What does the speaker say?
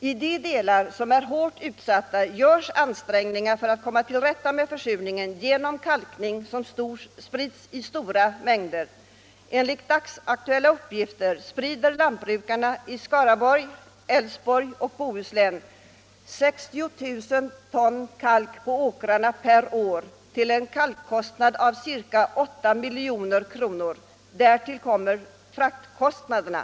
I de landsdelar som är hårt utsatta görs också ansträngningar för att komma till rätta med försurningen genom kalkning i stor skala. Enligt dagsaktuella uppgifter sprider lantbrukarna i Skaraborg, Älvsborg och Bohus län 60 000 ton kalk på åkrarna per år till en kalkkostnad av ca 8 milj.kr.; därtill kommer fraktkostnaderna.